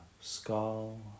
skull